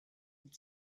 had